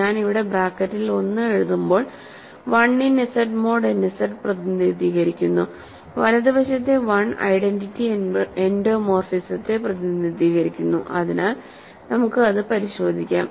ഞാൻ ഇവിടെ ബ്രാക്കറ്റിൽ 1 എഴുതുമ്പോൾ 1 in Z mod n Z എന്ന് പ്രതിനിധീകരിക്കുന്നു വലതുവശത്തെ 1 ഐഡന്റിറ്റി എൻഡോമോർഫിസത്തെ പ്രതിനിധീകരിക്കുന്നു അതിനാൽ നമുക്ക് അത് പരിശോധിക്കാം